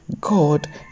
God